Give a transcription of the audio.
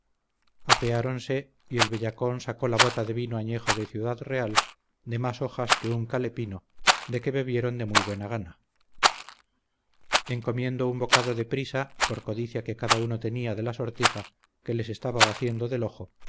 puerto apeáronse y el bellacón sacó la bota de vino añejo de ciudad real de más hojas que un calepino de que bebieron de muy buena gana en comiendo un bocado de prisa por codicia que cada uno tenía de la sortija que les estaba haciendo del ojo